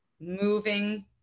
moving